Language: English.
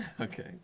Okay